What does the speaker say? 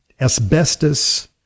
asbestos